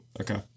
Okay